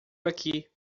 aqui